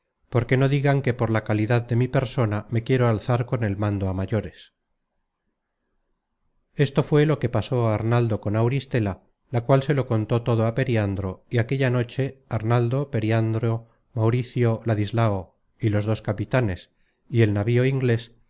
obedecer porque no digan que por la calidad de mi persona me quiero alzar con el mando á mayores esto fue lo que pasó á arnaldo con auristela la cual se lo contó todo á periandro y aquella noche arnaldo periandro mauricio ladislao y los dos capitanes y el navío inglés